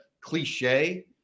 cliche